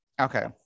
Okay